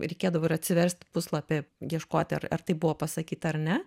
reikėdavo ir atsiverst puslapį ieškot ar tai buvo pasakyta ar ne